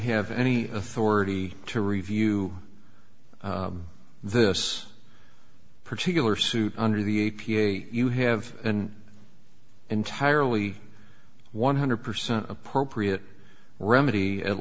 have any authority to review this particular suit under the a p a you have an entirely one hundred percent appropriate remedy at